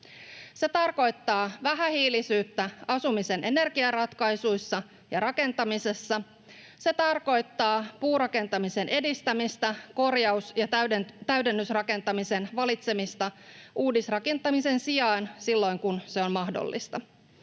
Se tarkoittaa vähähiilisyyttä asumisen energiaratkaisuissa ja rakentamisessa. Se tarkoittaa puurakentamisen edistämistä ja korjaus- ja täydennysrakentamisen valitsemista uudisrakentamisen sijaan silloin kun mahdollista.